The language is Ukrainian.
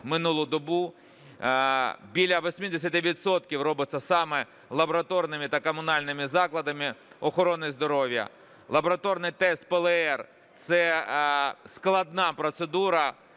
минулу добу. Біля 80 відсотків робиться саме лабораторними та комунальними закладами охорони здоров'я. Лабораторний тест ПЛР – це складна процедура,